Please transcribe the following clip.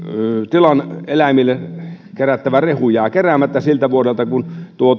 tilan eläimille tarkoitettu rehu jää keräämättä siltä vuodelta kun